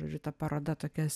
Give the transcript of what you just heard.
žodžiu ta paroda tokias